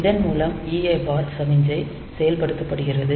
இதன் மூலம் EA bar சமிக்ஞை செயல்படுத்தப்படுகிறது